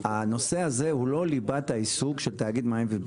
הנושא הזה הוא לא ליבת העיסוק של תאגיד מים וביוב.